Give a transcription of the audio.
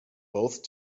both